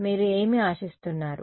మీరు ఏమి ఆశిస్తున్నారు